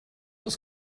ist